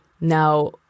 Now